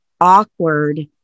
awkward